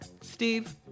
Steve